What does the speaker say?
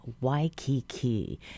Waikiki